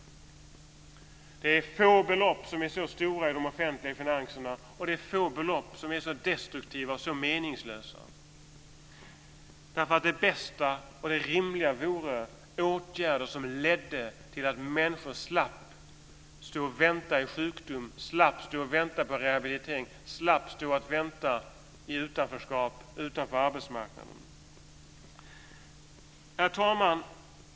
Det är få belopp som är så stora i de offentliga finanserna, och det är få belopp som är så destruktiva och så meningslösa. Det bästa och det rimliga vore åtgärder som ledde till att människor slapp stå och vänta i sjukdom, slapp stå och vänta på rehabilitering, slapp stå och vänta i utanförskap utanför arbetsmarknaden. Herr talman!